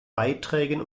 beiträgen